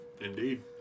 Indeed